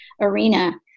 arena